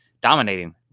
dominating